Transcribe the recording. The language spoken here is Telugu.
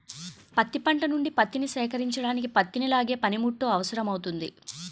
పత్తి పంట నుండి పత్తిని సేకరించడానికి పత్తిని లాగే పనిముట్టు అవసరమౌతుంది